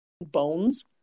bones